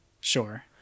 sure